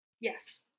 Yes